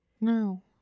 no